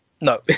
No